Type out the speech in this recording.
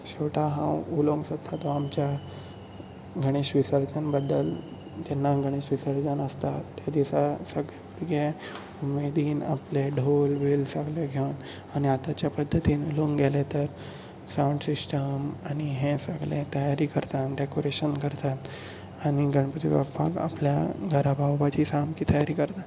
शेवटाक हांव उलोवंक सोदता तो आमच्या गणेश विसर्जन बद्दल जेन्ना गणेश विसर्जन आसता ते दिसा सगळे भुरगे उमेदीन आपलें ढोल बी सगळें घेवून आनी आतांच्या पद्दतीन उलोवंक गेले तर साउंड सिस्टम आनी हे सगळे तयारी करता आनी डॅकोरेशन करतात गणपती बप्पाक आपल्या घरा पावोवपाची सामकी तयारी करता